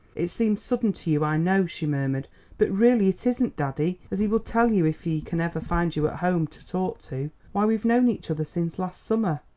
it seems sudden to you, i know, she murmured but really it isn't, daddy as he will tell you if he can ever find you at home to talk to. why, we've known each other since last summer!